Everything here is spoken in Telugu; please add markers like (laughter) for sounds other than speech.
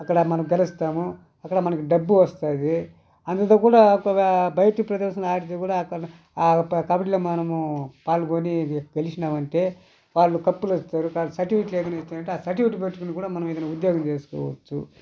అక్కడ మనం గెలుస్తాము అక్కడ మనకి డబ్బు వస్తది అంతా కూడా (unintelligible) బయట ప్రదేశంలో ఆడితే కూడా ఆ యొక్క కబడిలో మనము పాల్గొని గెలిచినామంటే వాళ్ళు కప్పులు ఇస్తారు ఇంకా సర్టిఫికెట్లు ఇచ్చినారంటే ఆ సర్టిఫికెట్ పట్టుకొని కూడా మనం ఏదైనా ఉద్యోగం చేసుకోవచ్చు